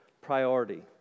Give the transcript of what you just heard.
priority